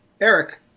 Eric